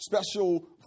special